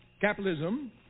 Capitalism